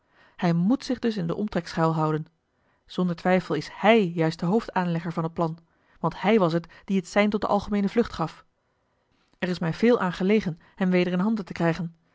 hij moet zich dus in den omtrek schuil houden zonder twijfel is hij juist de hoofd aanlegger van het plan want hij was het die het sein tot de algemeene vlucht gaf er is mij veel aan gelegen hem weder in handen te krijgen